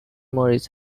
morris